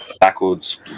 backwards